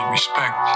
respect